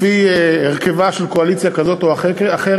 לפי הרכבה של קואליציה כזאת או אחרת,